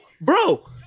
bro